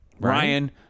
Ryan